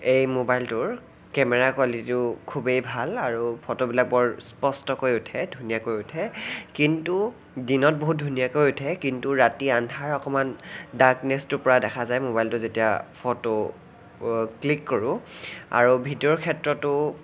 এই মোবাইলটোৰ কেমেৰা কোৱালিটিও খুবেই ভাল আৰু ফটোবিলাক বৰ স্পষ্টকৈ উঠে ধুনীয়াকৈ উঠে কিন্তু দিনত বহুত ধুনীয়াকৈ উঠে কিন্তু ৰাতি আন্ধাৰ অকণমান ডাৰ্কনেছটো পৰা দেখা যায় মোবাইলটো যেতিয়া ফটো ক্লিক কৰোঁ আৰু ভিডিঅ'ৰ ক্ষেত্ৰতো